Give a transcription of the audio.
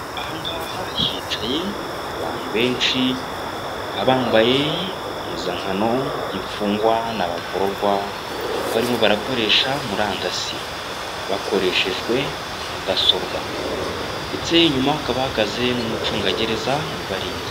Aha ngaha hicaye abantu benshi, bakaba bambaye impuzankano y'imfungwa n'abagororwa, bakaba barimo barakoresha murandasi, bakoresheje mudasobwa ndetse inyuma hakaba hahagaze n'umucungagereza ubarinze.